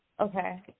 Okay